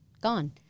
gone